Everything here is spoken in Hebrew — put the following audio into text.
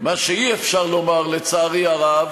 מה שאי-אפשר לומר, לצערי הרב,